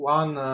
one